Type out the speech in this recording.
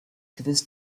gewiss